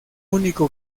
único